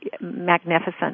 magnificent